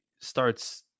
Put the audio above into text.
starts